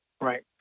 Right